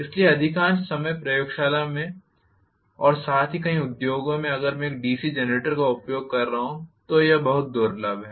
इसलिए अधिकांश समय प्रयोगशाला में और साथ ही कई उद्योगों में अगर मैं एक डीसी जनरेटर का उपयोग कर रहा हूं तो यह बहुत दुर्लभ है